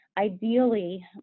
ideally